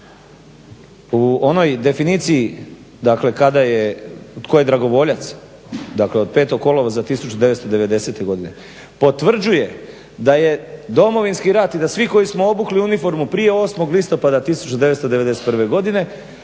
u onoj definiciji tko je dragovoljac, dakle od 5. kolovoza 1990. godine potvrđuje da je Domovinski rat i da svi koji smo obukli uniformu prije 8. listopada 1991. godine